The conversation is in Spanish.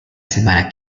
semana